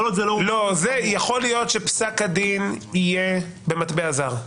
יכול להיות שפסק הדין יהיה במטבע זר.